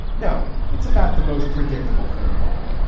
no. it's about the most predictable thing of all